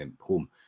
home